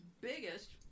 biggest